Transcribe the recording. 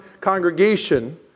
congregation